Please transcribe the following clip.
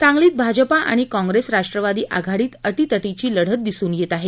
सांगलीत भाजपा आणि काँप्रेस राष्ट्रवादी आघाडीत अटीतटीची लढत दिसून येत आहे